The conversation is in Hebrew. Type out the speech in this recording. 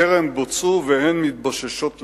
טרם בוצעו, והן מבוששות להגיע.